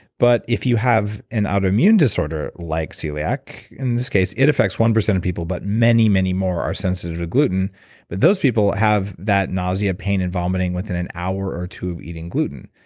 but if you have an autoimmune disorder, like celiac. in this case, it affects one percent of people, but many, many more are sensitive to gluten but those people have that nausea, pain, and vomiting within an hour or two of eating gluten.